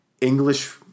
english